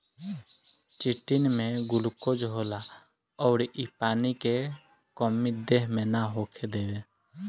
chitin में glucose होला अउर इ पानी के कमी देह मे ना होखे देवे